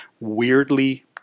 weirdly